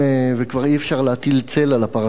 וכבר אי-אפשר להטיל צל על הפרשה הזאת,